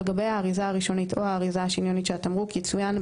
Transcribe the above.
על גבי האריזה הראשונית או האריזה השניונית של התמרוק יצוין,